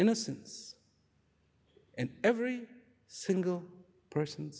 innocence and every single person